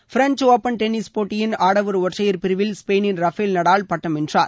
French open tennis போட்டியின் ஆடவர் ஒற்றையர் பிரிவில் ஸ்பெயினின் ரஃபேல் நடால் பட்டம் வென்றார்